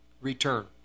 return